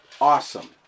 awesome